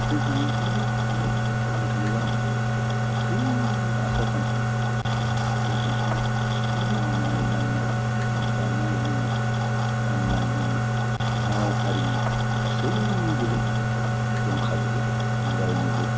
जोंहा बुंनो थाङोब्ला गासै आसारखान्थि धोरोमखान्थि मावनाय दांनाय जानाय लोंनाय गान्नाय जोमनाय राव हारिमु गासैबो जोंहा दंखाजोबो रावनिबो